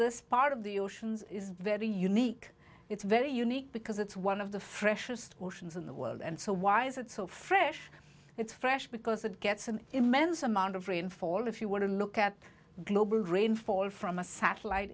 this part of the oceans is very unique it's very unique because it's one of the freshest oceans in the world and so why is it so fresh it's fresh because it gets an immense amount of rainfall if you want to look at global rainfall from a satellite